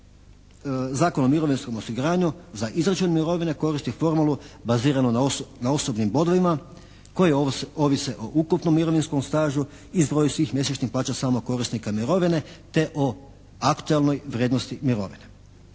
Zakon o mirovinskom osiguranju za izračun mirovine koristi formulu baziranu na osobnim bodovima koje ovise o ukupnom mirovinskom stažu i zboru svih mjesečnih plaća samo korisnika mirovine, te o aktualnoj vrijednosti mirovine.